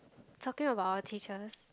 talking about our teachers